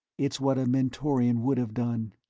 it's what a mentorian would have done.